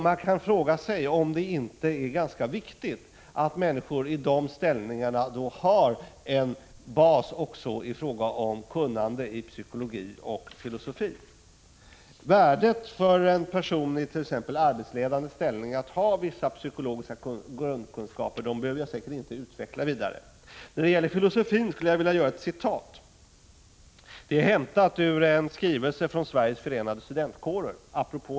Man kan fråga sig om det inte är ganska viktigt att människor i sådan ställning har en bas också i fråga om kunskaper i psykologi och filosofi. Det värde som ligger i att en person i t.ex. arbetsledande ställning har vissa grundkunskaper i psykologi behöver jag säkert inte utveckla vidare. Apropå den frågeställning som vi just nu diskuterar skulle jag när det gäller filosofi vilja citera ur en skrivelse från Sveriges förenade studentkårer.